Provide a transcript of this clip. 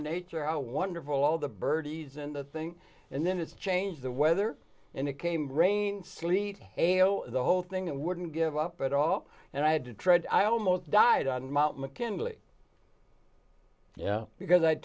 nature how wonderful all the birdies in the thing and then it changed the weather and it came rain sleet hail the whole thing and wouldn't give up at all and i had to tread i almost died on mount mckinley yeah because i